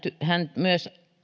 hän myös